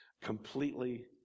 completely